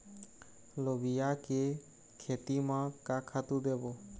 लोबिया के खेती म का खातू देबो?